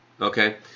okay